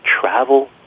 travel